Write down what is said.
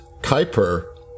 Kuiper